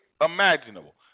imaginable